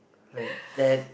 like that